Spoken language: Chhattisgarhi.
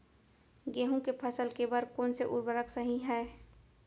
गेहूँ के फसल के बर कोन से उर्वरक सही है?